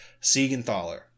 Siegenthaler